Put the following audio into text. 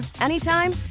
anytime